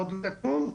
ועוד נקום,